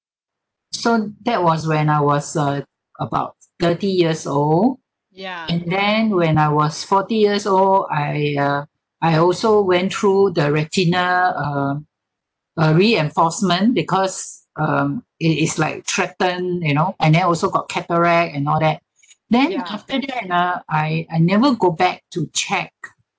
so that was when I was uh about thirty years old and then when I was forty years old I uh I also went through the retinal uh uh reinforcement because um it is like threaten you know and then also got cataract and all that then after that ah I I never go back to check